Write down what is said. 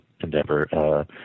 Endeavor